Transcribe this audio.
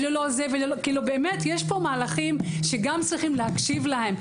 יש פה מהלכים שהשטח צריך להקשיב להם,